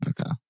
Okay